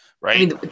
Right